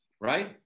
right